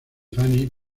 fanny